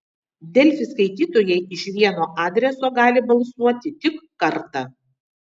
delfi skaitytojai iš vieno adreso gali balsuoti tik kartą